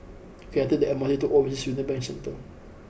can I take the M R T to Overseas Union Bank Centre